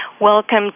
welcome